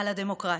על הדמוקרטיה.